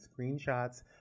screenshots